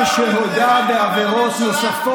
אתה בכלל יכול לתפקד?